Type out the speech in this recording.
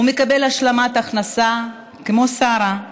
הוא מקבל השלמת הכנסה כמו שרה.